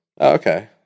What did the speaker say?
Okay